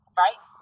right